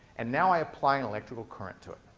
and now i apply an electrical current to it.